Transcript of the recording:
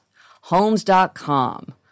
Homes.com